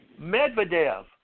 Medvedev